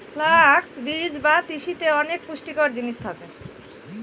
flux বীজ বা তিসিতে অনেক পুষ্টিকর জিনিস থাকে